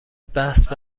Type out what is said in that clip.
بحث